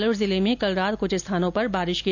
जालौर जिले में भी कल रात कुछ स्थानों पर बारिश हुई